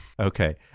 Okay